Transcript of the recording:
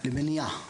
לא, למניעה.